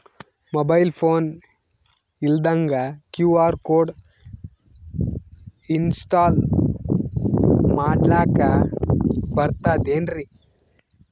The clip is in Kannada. ಮೊಬೈಲ್ ಫೋನ ಇಲ್ದಂಗ ಕ್ಯೂ.ಆರ್ ಕೋಡ್ ಇನ್ಸ್ಟಾಲ ಮಾಡ್ಲಕ ಬರ್ತದೇನ್ರಿ?